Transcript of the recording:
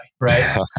right